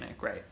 right